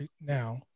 now